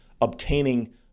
obtaining